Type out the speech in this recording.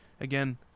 Again